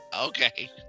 Okay